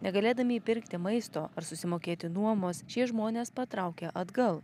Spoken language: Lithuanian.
negalėdami įpirkti maisto ar susimokėti nuomos šie žmonės patraukė atgal